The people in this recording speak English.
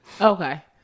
Okay